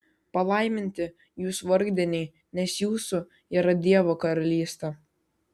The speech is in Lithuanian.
palaiminti jūs vargdieniai nes jūsų yra dievo karalystė